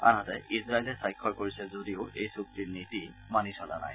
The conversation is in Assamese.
আনহাতে ইজৰাইলে স্বাক্ষৰ কৰিছে যদিও এই চুক্তিৰ নীতি মানি চলা নাই